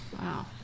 Wow